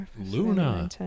Luna